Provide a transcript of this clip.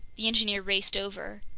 the engineer raced over.